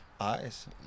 eyes